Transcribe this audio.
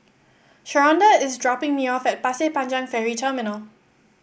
Sharonda is dropping me off at Pasir Panjang Ferry Terminal